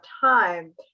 time